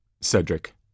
Cedric